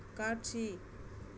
காட்சி